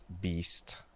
beast